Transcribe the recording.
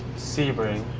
sebring.